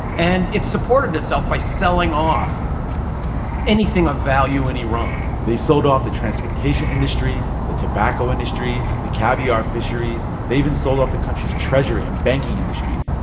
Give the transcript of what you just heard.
and it supported itself by selling off anything of value in iran they sold off the transportation industry, the tobacco industry, the caviar fisheries. they even sold off the country's treasury and banking industries.